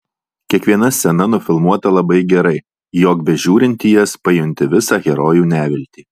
kiekviena scena nufilmuota labai gerai jog bežiūrint į jas pajunti visą herojų neviltį